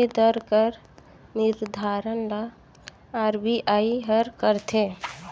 ए दर कर निरधारन ल आर.बी.आई हर करथे